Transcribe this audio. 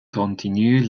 continue